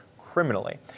criminally